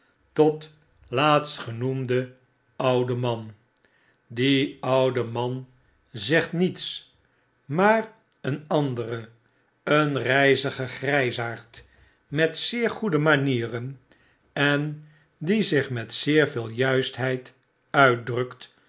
tot laatstgenoemden ouden man die oude man zegt niets maar een andere een rjjzige grysaard met zeer goede manieren en die zich met zeer veel